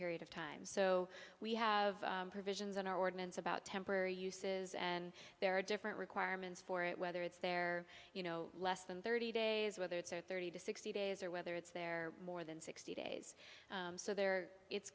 period of time so we have provisions in our ordinance about temporary uses and there are different requirements for it whether it's there you know less than thirty days whether it's are thirty to sixty days or whether it's they're more than sixty days so they're it's